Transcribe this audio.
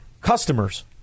customers